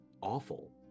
awful